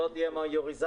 הערות לסעיפים 3,